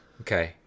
Okay